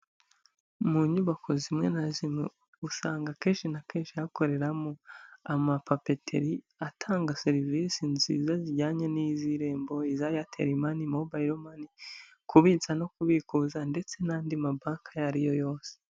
Mu nyubako zimwe na zimwe, usanga kenshi na kenshi hakoreramo amapapeteri atanga serivisi nziza zijyanye n'iz'irembo, iza Airtel Money, Mobile Money, kubitsa no kubikuza, ndetse n'andi mabanki ayo ari yo yose.